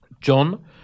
john